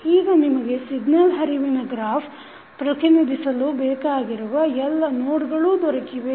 ಈಗ ನಿಮಗೆ ಸಿಗ್ನಲ್ ಹರಿವಿನ ಗ್ರಾಫ್ ಪ್ರತಿನಿಧಿಸಲು ಬೇಕಾಗಿರುವ ಎಲ್ಲ ನೋಡ್ಗಳೂ ದೊರಕಿವೆ